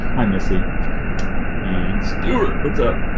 i'm missy and stuart what's up?